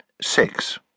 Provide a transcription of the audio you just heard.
six